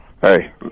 Hey